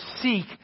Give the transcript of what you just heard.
Seek